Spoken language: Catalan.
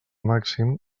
màxim